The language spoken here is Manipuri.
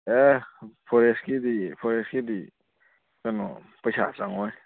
ꯑꯦ ꯐꯣꯔꯦꯁꯀꯤꯗꯤ ꯐꯣꯔꯦꯁꯀꯤꯗꯤ ꯀꯩꯅꯣ ꯄꯩꯁꯥ ꯆꯪꯉꯣꯏ